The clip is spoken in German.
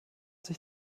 sich